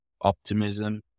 optimism